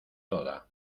toda